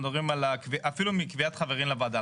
אפילו מקביעת חברים לוועדה.